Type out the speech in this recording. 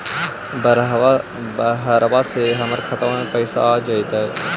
बहरबा से हमर खातबा में पैसाबा आ जैतय?